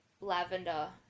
Lavender